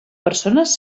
persones